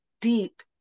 Deep